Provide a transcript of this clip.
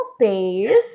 space